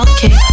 Okay